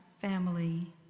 family